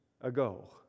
ago